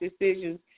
decisions